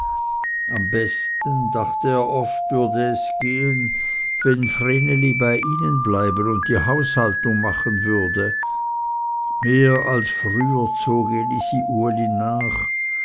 am besten dachte er oft würde es gehen wenn vreneli bei ihnen bleiben und die haushaltung machen wurde mehr als früher zog elisi uli nach